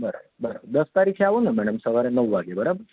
બરાબર બરાબર દસ તારીખે આવું ને મેડમ સવારે નવ વાગ્યે બરાબર